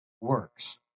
works